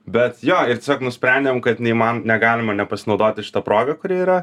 bet jo ir tiesiog nusprendėm kad nei man negalima nepasinaudoti šita proga kuri yra